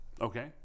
Okay